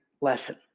lesson